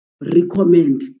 recommend